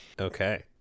Okay